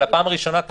פעם ראשונה זה